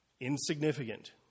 Insignificant